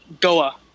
Goa